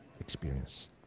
experience